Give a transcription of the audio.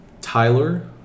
Tyler